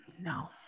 No